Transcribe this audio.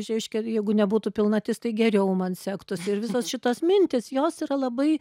reiškia jeigu nebūtų pilnatis tai geriau man sektųsi ir visos šitos mintys jos yra labai